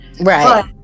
right